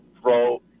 throw